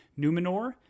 Numenor